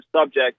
subject